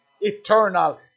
Eternal